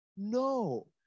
No